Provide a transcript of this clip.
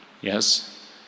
yes